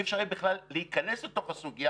אי אפשר יהיה בכלל להיכנס לתוך הסוגיה